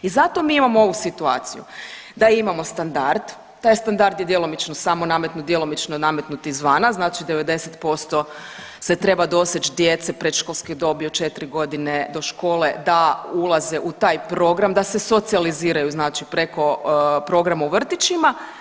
I zato mi imamo ovu situaciju da imamo standard, taj standard je djelomično samo nametnut, djelomično nametnut izvana znači 90% se treba doseć djece predškolske dobi od 4 godine do škole da ulaze u taj program, da se socijaliziraju znači preko programa u vrtićima.